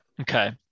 Okay